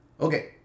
Okay